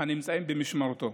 הנמצאים במשמורתו.